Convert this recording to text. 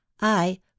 I